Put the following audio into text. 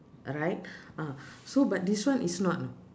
right ah so but this one is not